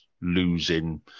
losing